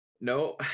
No